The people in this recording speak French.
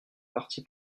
parti